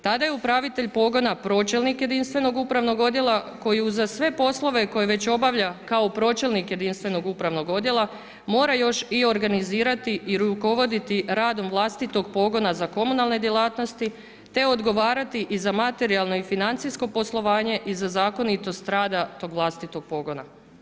Tada je upravitelj pogona pročelnik jedinstvenog upravnog odjela koji uza sve poslove koje već obavlja kao pročelnik jedinstvenog upravnog odjela, mora još i organizirati i rukovoditi radom vlastitog pogona za komunalne djelatnosti te odgovarati i za materijalno i financijsko poslovanje i za zakonitost rada tog vlastitog pogona.